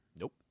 Nope